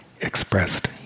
expressed